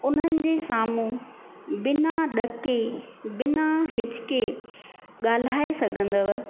उन्हनि जे साम्हूं बिना ॾके बिना हिचके ॻाल्हाए सघंदव